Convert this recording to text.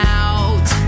out